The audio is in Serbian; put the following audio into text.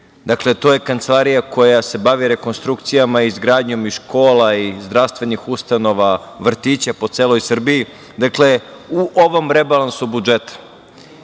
Dakle, to je kancelarija koja se bavi rekonstrukcijama i izgradnjom i škola i zdravstvenih ustanova, vrtića po celoj Srbiji. Dakle, u ovom rebalansu budžeta